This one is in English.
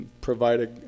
provide